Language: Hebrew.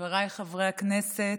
חבריי חברי הכנסת.